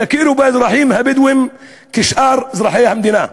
תכירו באזרחים הבדואים כשאר אזרחי המדינה.